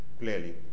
clearly